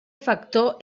factor